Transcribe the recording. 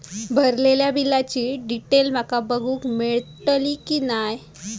भरलेल्या बिलाची डिटेल माका बघूक मेलटली की नाय?